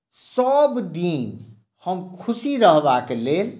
सभदिन हम खुशी रहबाक लेल